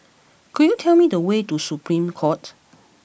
could you tell me the way to Supreme Court